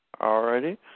Alrighty